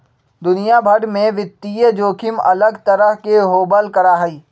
दुनिया भर में वित्तीय जोखिम अलग तरह के होबल करा हई